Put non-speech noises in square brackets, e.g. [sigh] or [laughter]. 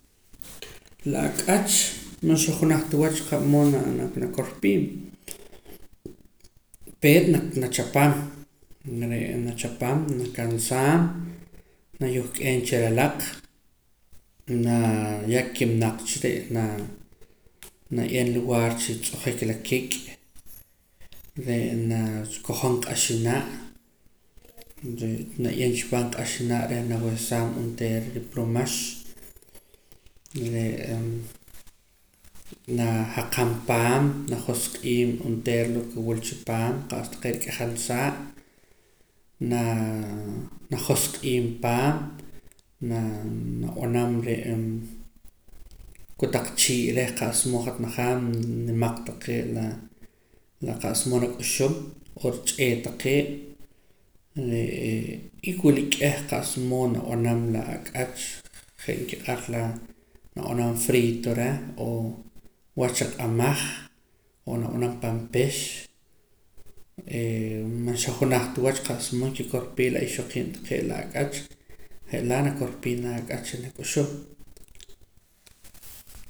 La ak'ach man xajunaj ta wach qa'moo na nakorpiim peet na nachapam re'ee nachapam nakansaam nayohk'eem chiralaq naa yaa kiminaq cha re' naa naye'em lugaar chitz'ojaik la kik' re' naakojom q'axinaa' re' naye'em chipaam q'axinaa' reh nawesaam onteera ripluumax re'ee [hesitation] najaqam paam najosq'iim onteera lo ke wul chipaam qa's taqee' rik'ajam saa' naa najosq'iim paam naa nab'anam re'ee kotaq chii' reh qa'sa moo hat najaam nimaq taqee' laa la qa's moo nak'uxum oo rich'eet taqee' re'ee y wul k'eh qa's moo nab'anam la ak'ach je' nkiq'ar laa nab'anam friito reh oo wach chaq'amaj oo nab'anam pan pix [hesitation] man xajunaj ta wach qa's moo kikorpii la ixoqiib' taqee' la ak'ach je' laa' nakorpii naj ak'ach re nak'uxum